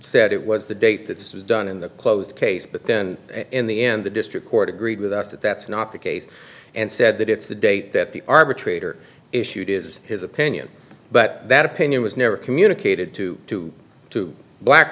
said it was the date that this was done in the closed case but then in the end the district court agreed with us that that's not the case and said that it's the date that the arbitrator issued is his opinion but that opinion was never communicated to two black